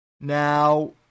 Now